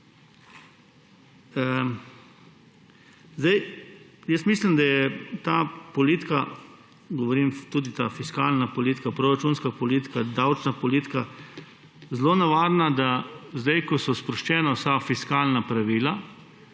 prebijati. Mislim, da je ta politika, fiskalna politika, proračunska politika, davčna politika, zelo nevarna, da se zdaj, ko so sproščena vsa fiskalna pravila,